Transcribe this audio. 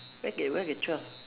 where get where get twelve